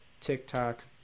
TikTok